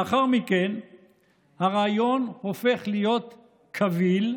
לאחר מכן הרעיון הופך להיות קביל,